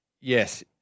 Yes